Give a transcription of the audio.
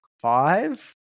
five